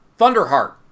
Thunderheart